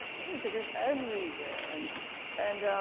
were pickers everywhere and and